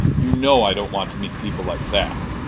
you know i don't want to meet people like that.